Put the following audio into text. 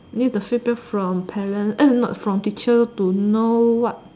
need the feedback from parent err no from the teacher to know what